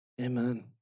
Amen